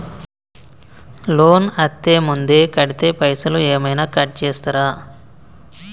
Loan అత్తే ముందే కడితే పైసలు ఏమైనా కట్ చేస్తరా?